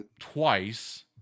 Twice